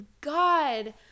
god